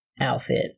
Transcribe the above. outfit